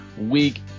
week